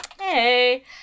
Hey